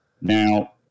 Now